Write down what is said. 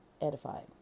edified